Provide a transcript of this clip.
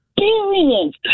experience